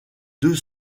deux